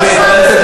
לך אין הזכות, תודה.